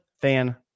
fan